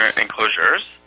enclosures